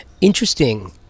Interesting